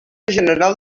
general